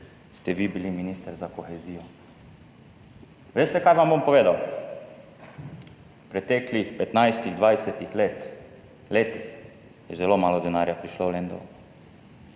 ste vi bili minister za kohezijo. Veste, kaj vam bom povedal? V preteklih 15, 20 letih je zelo malo denarja prišlo v